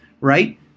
right